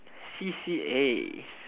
c_c_a